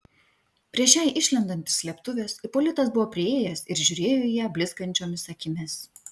prieš jai išlendant iš slėptuvės ipolitas buvo priėjęs ir žiūrėjo į ją blizgančiomis akimis